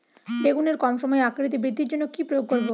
বেগুনের কম সময়ে আকৃতি বৃদ্ধির জন্য কি প্রয়োগ করব?